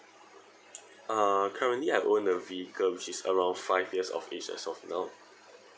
uh currently I own a vehicle which is around five years of age as of now